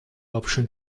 option